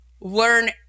learn